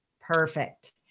Perfect